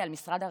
משרד הרווחה,